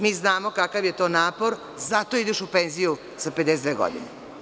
Mi znamo kakav je to napor i zato ideš u penziju sa 52 godine.